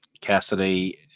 Cassidy